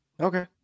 Okay